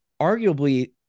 arguably